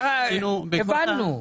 הבנו.